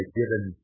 given